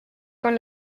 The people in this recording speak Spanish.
con